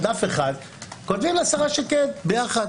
על דף אחד כותבים לשרה שקד ביחד.